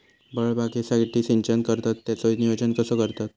फळबागेसाठी सिंचन करतत त्याचो नियोजन कसो करतत?